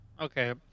Okay